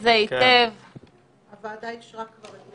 זה כאמור התיקון לאישור שאנחנו כבר נתנו לרשתות בתי המלון.